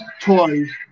toys